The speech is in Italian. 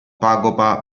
pagopa